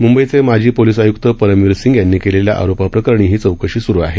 मुंबईचे माजी पोलीस आयुक्त परमवीर सिंग यांनी केलेल्या आरोपा प्रकरणी ही चौकशी सुरु आहे